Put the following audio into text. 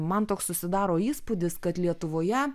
man toks susidaro įspūdis kad lietuvoje